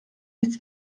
nichts